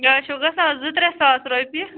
یا چھُو گژھان زٕ ترٛےٚ ساس رۄپیہِ